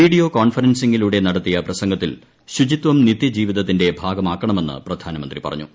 video കോൺഫറൻസിങ്ങിലൂടെ നടത്തിയ പ്രസംഗത്തിൽ ശുചിത്വം നിത്യജീവിതത്തിന്റെ ഭാഗമാക്കണമെന്ന് പ്രധാനമന്ത്രി പറഞ്ഞു